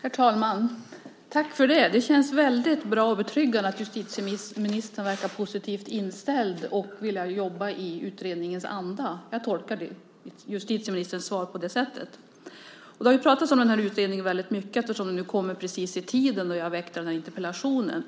Herr talman! Tack för det! Det känns väldigt bra och betryggande att justitieministern verkar vara positivt inställd och verkar vilja jobba i utredningens anda. Jag tolkar justitieministerns svar på det sättet. Det har ju pratats väldigt mycket om utredningen eftersom den nu kommer samtidigt som jag väckt den här interpellationen.